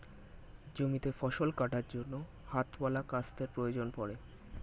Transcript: জমিতে ফসল কাটার জন্য হাতওয়ালা কাস্তের প্রয়োজন পড়ে